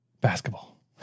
Basketball